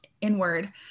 inward